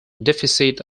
deficit